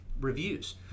reviews